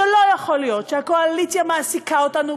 שלא יכול להיות שהקואליציה מעסיקה אותנו,